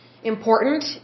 important